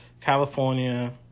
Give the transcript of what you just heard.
California